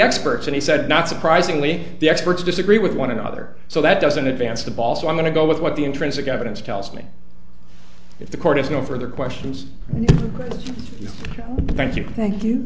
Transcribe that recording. experts and he said not surprisingly the experts disagree with one another so that doesn't advance the ball so i'm going to go with what the intrinsic evidence tells me if the court has no further questions thank you thank you